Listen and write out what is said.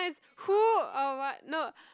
who or what no